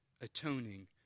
Atoning